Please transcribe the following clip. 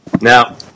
Now